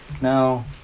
No